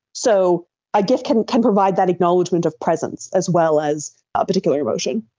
so a gif can can provide that acknowledgement of presence as well as a particular emotion.